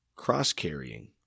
cross-carrying